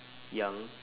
young